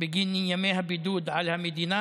בגין ימי הבידוד על המדינה,